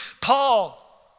Paul